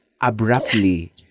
abruptly